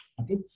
Okay